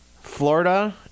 Florida